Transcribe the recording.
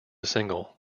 single